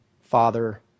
father